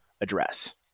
address